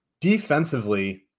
defensively